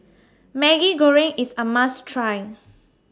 Maggi Goreng IS A must Try